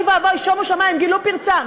אוי ואבוי, שומו שמים, גילו פרצה.